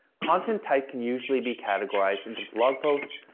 content type can usually be categorized into blog posts,